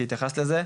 כי התייחסת לזה,